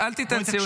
--- רשמתי אותך.